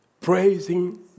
Praising